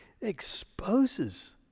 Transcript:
exposes